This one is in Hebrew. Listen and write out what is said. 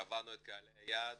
קבענו את קהלי היעד